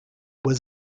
was